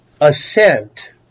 assent